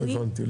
אז --- הבנתי.